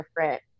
different